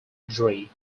dre